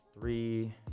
three